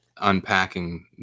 unpacking